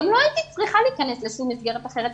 גם לא הייתי צריכה להיכנס לשום מסגרת אחרת.